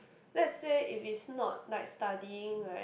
let's say if it's not like studying right